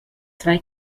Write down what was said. zwei